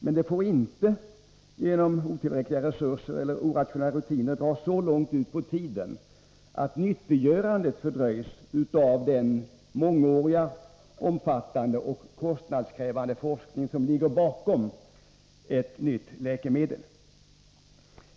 Men det får inte, på grund av otillräckliga resurser eller irrationella rutiner, dra så långt ut på tiden att nyttiggörandet av den mångåriga, omfattande och kostnadskrävande forskning som ligger bakom ett nytt läkemedel fördröjs.